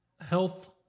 Health